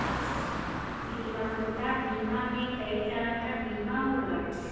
विकलांगता बीमा में कई तरे क बीमा होला